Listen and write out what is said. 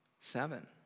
Seven